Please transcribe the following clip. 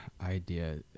idea